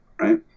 right